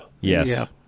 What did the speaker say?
Yes